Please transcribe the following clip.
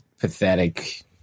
pathetic